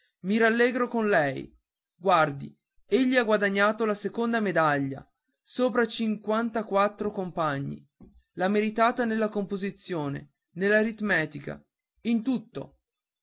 i rallegro con lei guardi egli ha guadagnato la seconda medaglia sopra cinquantaquattro compagni l'ha meritata nella composizione nell'aritmetica in tutto